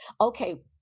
Okay